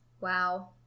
wow